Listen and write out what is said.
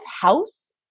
house